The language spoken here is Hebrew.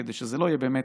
כדי שזה לא יהיה באמת